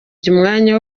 umwanya